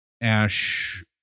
ash